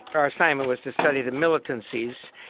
our assignment was to study the militancies.